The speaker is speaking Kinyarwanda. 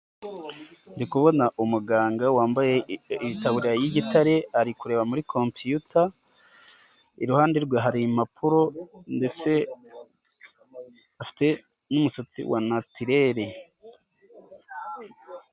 Ndi kubona umuganga wambaye itaburiya y'igitare ari kureba muri kompiyuta, iruhande rwe hari impapuro ndetse afite n'umusatsi wa natirere.